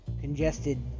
Congested